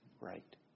right